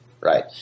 Right